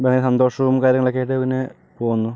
സന്തോഷവും കാര്യങ്ങളൊക്കെ ആയിട്ട് പിന്നെ പോകുന്നു